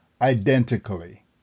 identically